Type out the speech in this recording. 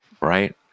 right